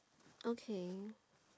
okay